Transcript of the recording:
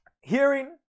hearing